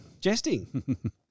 Jesting